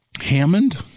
Hammond